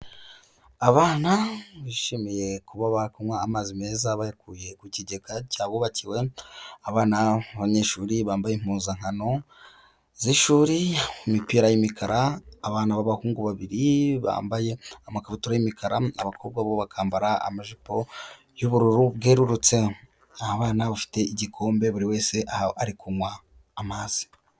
Abana bishimiye kuba bari kunywa amazi meza bayakuye ku kigega cyabubakiwe, abana b'abanyeshuri bambaye impuzankano z'ishuri, imipira y'imikara, abana b'abahungu babiri bambaye amakabutura y'imikara, abakobwa bo bakambara amajipo y'ubururu bwerurutse, ni abana bafite igikombe buri wese aho ari kunywa amazi.